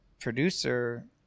producer